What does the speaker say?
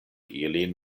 ilin